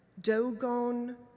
Dogon